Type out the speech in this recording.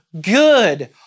good